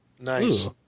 Nice